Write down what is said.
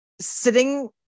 sitting